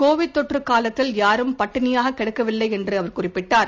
Covid தொற்று காலத்தில் யாரும் பட்டினியாக கிடக்கவில்லை என்று அவர் குறிப்பிட்டார்